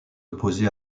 opposé